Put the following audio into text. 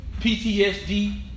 PTSD